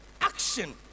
Action